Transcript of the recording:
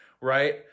right